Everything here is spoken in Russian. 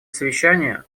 совещание